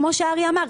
כמו שאריה אמר,